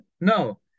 No